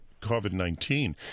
COVID-19